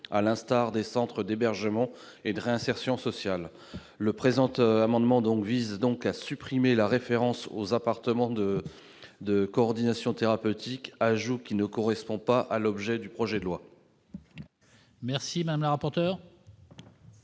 à l'instar des centres d'hébergement et de réinsertion sociale. Ainsi le présent amendement vise-t-il à supprimer la référence aux appartements de coordination thérapeutique, qui ne correspond pas à l'objet du projet de loi. Quel est l'avis de